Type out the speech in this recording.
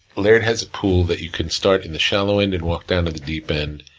laird has a pool, that you can start in the shallow end, and walk down to the deep end,